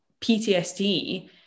PTSD